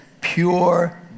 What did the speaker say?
pure